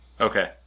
Okay